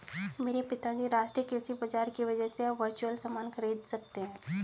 मेरे पिताजी राष्ट्रीय कृषि बाजार की वजह से अब वर्चुअल सामान खरीद सकते हैं